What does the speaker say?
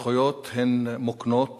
זכויות הן מוקנות